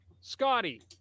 Scotty